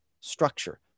structure